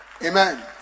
Amen